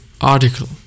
article